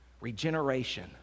regeneration